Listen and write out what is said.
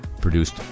produced